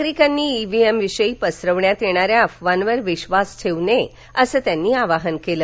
नागरिकांनी ईव्हीएमविषयी पसरविण्यात येणाऱ्या अफवांवर विश्वास ठेऊ नये असं त्यांनी आवाहन केलं